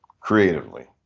Creatively